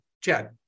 chad